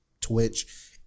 Twitch